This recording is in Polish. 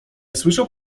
słyszał